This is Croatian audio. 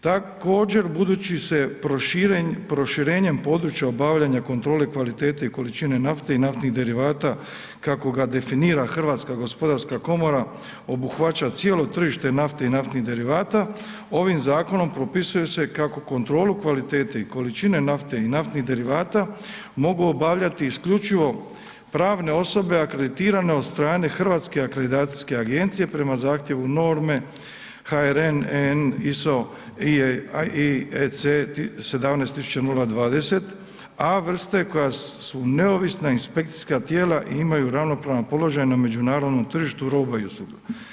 Također budući se proširenjem područja obavljanja kontrole kvalitete i količine nafte i naftnih derivata kako ga definira Hrvatska gospodarska komora obuhvaća cijelo tržite nafte i naftnih derivata, ovim zakonom propisuje se kako kontrolu kvalitete i količinu nafte i naftnih derivata mogu obavljati isključivo pravne osobe akreditirane od strane Hrvatske akreditacijske agencije prema zahtjevu norme HRH EN ISO/IEC 17020, a vrste koja su neovisna inspekcijska tijela i imaju ravnopravan položaj na međunarodnom tržištu roba i usluga.